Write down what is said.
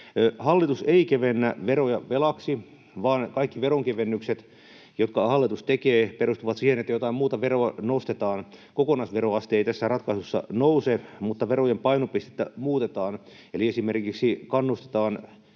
Hallitus ei kevennä veroja velaksi, vaan kaikki veronkevennykset, jotka hallitus tekee, perustuvat siihen, että jotain muuta veroa nostetaan. Kokonaisveroaste ei tässä ratkaisussa nouse, mutta verojen painopistettä muutetaan eli esimerkiksi kannustetaan